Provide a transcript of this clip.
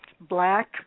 black